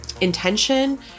intention